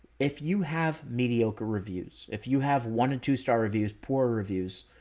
if you have mediocre reviews, if you have one and two star reviews, poor reviews,